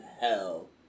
hell